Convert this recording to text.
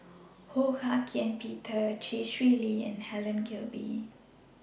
Ho Hak Ean Peter Chee Swee Lee and Helen Gilbey